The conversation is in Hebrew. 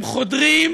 הם חודרים